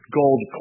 gold